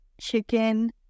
chicken